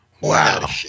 Wow